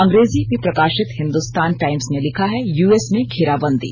अंग्रेजी में प्रकाशित हिंदुस्तान टाइम्स ने लिखा है यूएस में घेराबंदी